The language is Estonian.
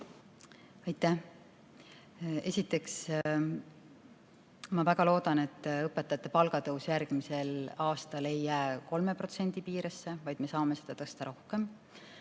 Aitäh! Esiteks ma väga loodan, et õpetajate palga tõus järgmisel aastal ei jää 3% piiresse, vaid me saame seda tõsta rohkem.